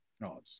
No